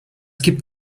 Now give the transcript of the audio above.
gibt